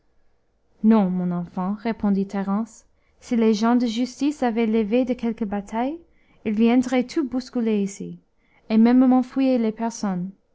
non mon enfant répondit thérence si les gens de justice avaient l'éveil de quelque bataille ils viendraient tout bousculer ici et mêmement fouiller les personnes